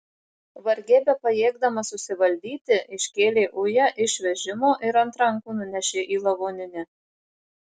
vargiai bepajėgdamas susivaldyti iškėlė ują iš vežimo ir ant rankų nunešė į lavoninę